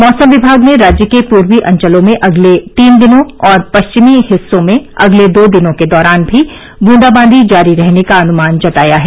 मौसम विभाग ने राज्य के पूर्वी अंचलों में अगले तीन दिनों और पश्चिमी हिस्सों में अगले दो दिनों के दौरान भी ब्रंदा बांदी जारी रहने का अनुमान जताया है